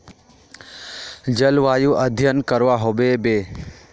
जलवायु अध्यन करवा होबे बे?